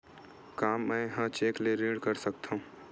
का मैं ह चेक ले ऋण कर सकथव?